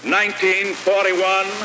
1941